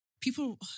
People